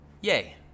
Yay